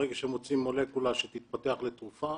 ברגע שמוציאים מולקולה שתתפתח לתרופה